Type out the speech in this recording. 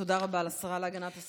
תודה רבה לשרה להגנת הסביבה.